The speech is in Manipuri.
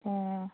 ꯑꯣ